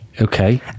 Okay